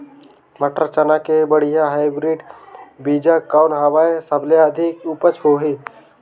मटर, चना के बढ़िया हाईब्रिड बीजा कौन हवय? सबले अधिक उपज होही?